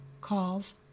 calls